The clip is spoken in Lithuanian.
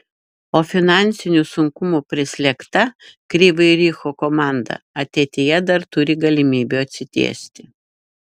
o finansinių sunkumų prislėgta kryvyj riho komanda ateityje dar turi galimybių atsitiesti